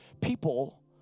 people